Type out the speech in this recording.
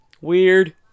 Weird